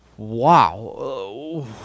Wow